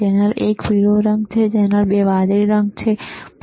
channel એક પીળો રંગ છે ચેનલ 2 વાદળી રંગ છે ખરું ને